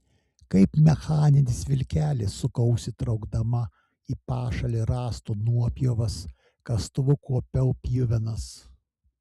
kaip mechaninis vilkelis sukausi traukdama į pašalį rąstų nuopjovas kastuvu kuopiau pjuvenas